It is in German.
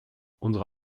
unsere